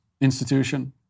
institution